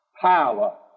power